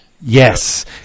Yes